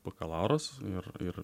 bakalauras ir ir